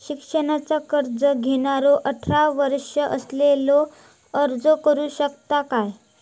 शिक्षणाचा कर्ज घेणारो अठरा वर्ष असलेलो अर्ज करू शकता काय?